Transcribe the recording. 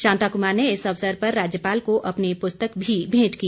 शांता कुमार ने इस अवसर पर राज्यपाल को अपनी पुस्तक भी भेंट की